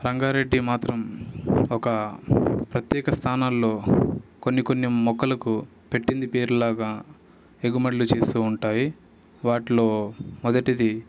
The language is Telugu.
రంగారెడ్డి మాత్రం ఒక ప్రత్యేక స్థానంలో కొన్ని కొన్ని మొక్కలకు పెట్టింది పేరు లాగా ఎగుమడులు చేస్తూ ఉంటాయి వాటిలో మొదటిది